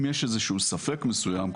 אם יש ספק מסוים,